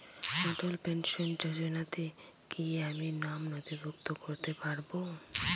অটল pension যোজনাতে কি আমি নাম নথিভুক্ত করতে পারবো?